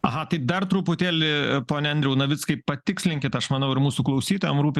aha tai dar truputėlį pone andriau navickai patikslinkit aš manau ir mūsų klausytojam rūpi